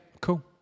cool